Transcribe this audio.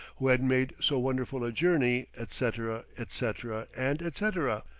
who had made so wonderful a journey, etc, etc, and etc.